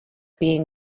being